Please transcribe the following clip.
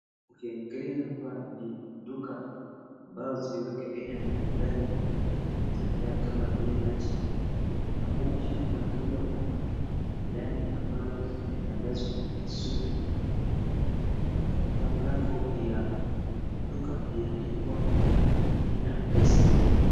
Ukiangalia hapa ni duka ambazo ziliweka aina mbalimbali za bidhaa kama vile maji, na huko chini ukiangalia unaona lami ambazo zilitandazwa vizuri. Katika mlango ya duka ni jina ambalo liliandikwa mpesa.